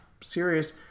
serious